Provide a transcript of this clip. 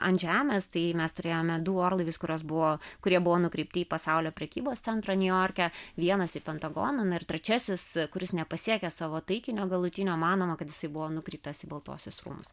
ant žemės tai mes turėjome du orlaivius kuriuos buvo kurie buvo nukreipti į pasaulio prekybos centrą niujorke vienas į pentagoną na ir trečiasis kuris nepasiekė savo taikinio galutinio manoma kad jisai buvo nukreiptas į baltuosius rūmus